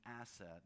asset